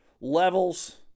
levels